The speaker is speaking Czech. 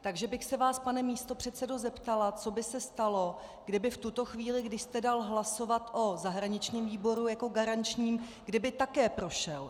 Takže bych se vás, pane místopředsedo, zeptala, co by se stalo, kdyby v tuto chvíli, když jste dal hlasovat o zahraničním výboru jako garančnímu, kdyby také prošel.